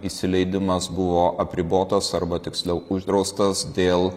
įsileidimas buvo apribotas arba tiksliau uždraustas dėl